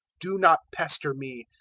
do not pester me.